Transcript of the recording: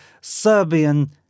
Serbian